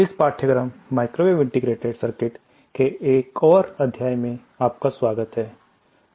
इस पाठ्यक्रम microwave integrated circuit के एक और अध्याय में आपका स्वागत है